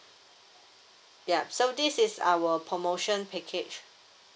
ya so this is our promotion package